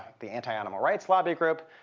the anti-animal rights lobby group,